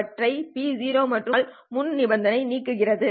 அவற்றை P மற்றும் P ஆல் பெருக்கினால் முன் நிபந்தனை நீங்குகிறது